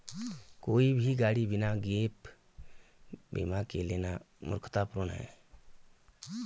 कोई भी गाड़ी बिना गैप बीमा के लेना मूर्खतापूर्ण है